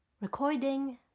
recording